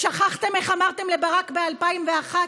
שכחתם איך אמרתם לברק ב-2001,